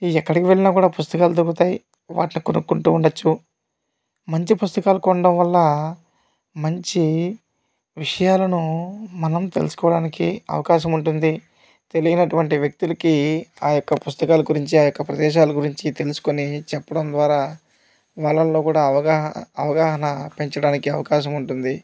ఈ ఎక్కడికి వెళ్ళినా కూడా పుస్తకాలు దొరుకుతాయి వాటిని కొనుకుంటూ ఉండొచ్చు మంచి పుస్తకాలు కొనడం వల్లా మంచి విషయాలను మనం తెలుసుకోడానికి అవకాశం ఉంటుంది తెలియని అటువంటి వ్యక్తులకి ఆ యొక్క పుస్తకాల గురించి ఆ యొక్క ప్రదేశాల గురించి తెలుసుకొని చెప్పడం ద్వారా వాళ్ళల్లో కూడా అవగాహ అవగాహన పెంచడానికి అవకాశం ఉంటుంది